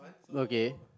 okay